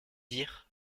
dires